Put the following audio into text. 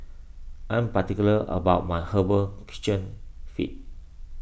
I'm particular about my Herbal Kitchen Feet